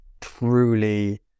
truly